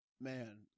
man